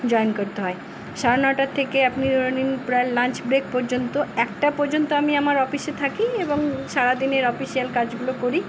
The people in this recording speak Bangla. জয়েন করতে হয় সাড়ে নটার থেকে আপনি ধরে নিন প্রায় লাঞ্চ ব্রেক পর্যন্ত একটা পর্যন্ত আমি আমার অফিসে থাকি এবং সারা দিনের অফিসিয়াল কাজগুলো করি